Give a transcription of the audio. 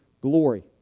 glory